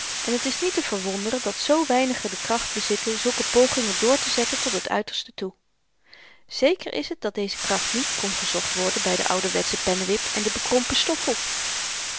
en het is niet te verwonderen dat zoo weinigen de kracht bezitten zulke pogingen doortezetten tot het uiterste toe zeker is het dat deze kracht niet kon gezocht worden by den ouwerwetschen pennewip en den bekrompen stoffel